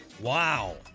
Wow